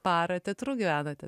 parą teatru gyvenate